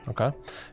Okay